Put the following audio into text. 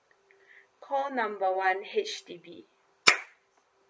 call number one H_D_B